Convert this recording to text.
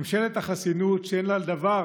ממשלת החסינות שאין לה דבר